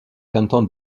cantons